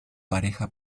pareja